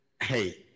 hey